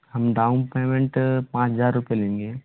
हम down payment पाँच हज़ार रुपये लेंगे